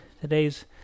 today's